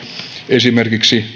esimerkiksi